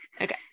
okay